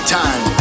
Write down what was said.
time